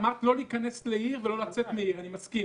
אמרת: לא להיכנס לעיר ולא לצאת מעיר, אני מסכים.